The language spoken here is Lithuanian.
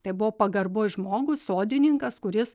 tai buvo pagarbos žmogui sodininkas kuris